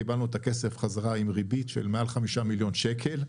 קיבלנו את הכסף חזרה עם ריבית של מעל 5 מיליון שקל.